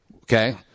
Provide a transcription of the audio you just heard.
Okay